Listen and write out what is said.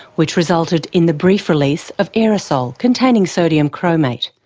which resulted in the brief release of aerosol containing sodium chromate.